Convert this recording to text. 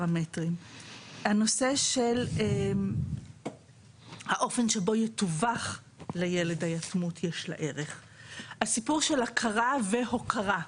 הנושא של האופן שבו יתווך לילד שליתמות יש ערך ואת נושא ההכרה וההוקרה.